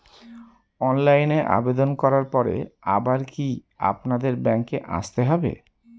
অনলাইনে আবেদন করার পরে আবার কি আপনাদের ব্যাঙ্কে আসতে হবে?